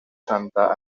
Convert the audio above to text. santa